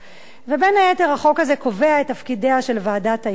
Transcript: בין היתר החוק הזה קובע את תפקידיה של ועדת ההיגוי.